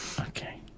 Okay